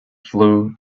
flue